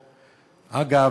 אגב,